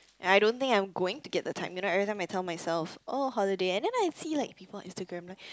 and I don't think I'm going to get the time you know everytime I tell myself oh holiday and then I see like people Instagram like